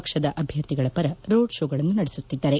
ಪಕ್ಷದ ಅಭ್ಯರ್ಥಿಗಳ ವರ ರೋಡ್ ಕೋಗಳನ್ನು ನಡೆಸುತ್ತಿದ್ದಾರೆ